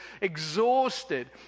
exhausted